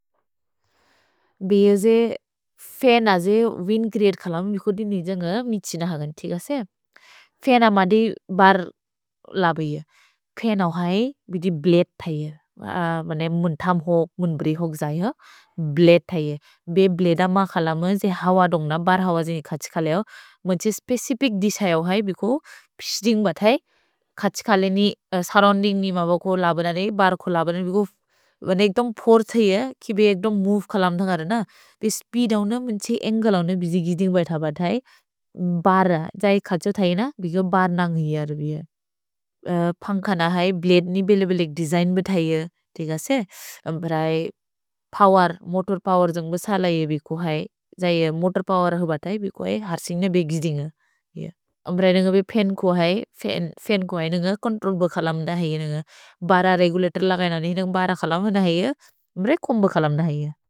भेजे फेन जे wind create कलम् बिको दिन् निजन्ग मिछिन हगन् तिगसे। फेन मदे बर् लब इए। फेन वहि बिदे ब्लदे थ इए। भने मुन्थम् होक् मुन्ब्रि होक् जै हो। भ्लदे थ इए। भे ब्लदे अम कलम् जे हव दोन्ग् न बर् हव जे नि खछ् कले हो। मोन्छे स्पेचिफिच् दिसहे वहि बिको पिश्दिन्ग् ब थ इए। खछ् कले नि सुर्रोउन्दिन्ग् नि मबको लब नने बर् को लब नने बिको भने एक्दोम् फोउर् थ इए। कि बे एक्दोम् मोवे कलम् थ करन। भे स्पीद् औन मुन्छे अन्ग्ले औन बिदे गिद्दिन्ग् ब थ ब थ इए। भर् हव। जै खछ् हो थ इए न। भिको बर् नन्ग् हिय अरु बिदे। पन्ख न हव इए। भ्लदे नि बेलेबेलेक् देसिग्न् ब थ इए। तिगसे। अम्ब्र है पोवेर्। मोतोर् पोवेर् जन्ग् बसल इए बिको हव इए। जै मोतोर् पोवेर् हव थ इए बिको हव इए। हर्सिन्ग् न बिदे गिद्दिन्ग् हव। अम्ब्र हैन बिदे फेन् को हव इए। फेन् को हैन कोन्त्रोल् ब कलम् थ हैन। भर् ह रेगुलतोर् लगैन। हिन बर् ह कलम् न हिय। अम्ब्रे कोम्ब कलम् न हिय।